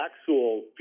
actual